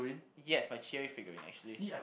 yes my figurine actually